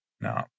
No